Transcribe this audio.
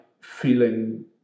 feeling